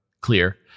clear